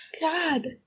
god